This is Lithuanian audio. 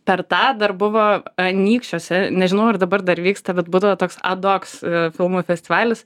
per tą dar buvo anykščiuose nežinau ar dabar dar vyksta bet būdavo toks adoks filmų festivalis